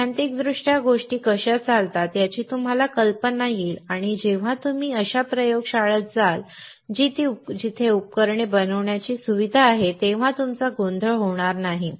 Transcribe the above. सैद्धांतिकदृष्ट्या गोष्टी कशा चालतात याची तुम्हाला कल्पना येईल आणि जेव्हा तुम्ही अशा प्रयोगशाळेत जाल जी ती उपकरणे बनवण्याची सुविधा आहे तेव्हा तुमचा गोंधळ होणार नाही